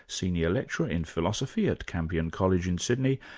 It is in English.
senior lecturer in philosophy at campion college in sydney,